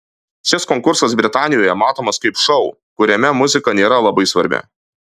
šis konkursas britanijoje matomas kaip šou kuriame muzika nėra labai svarbi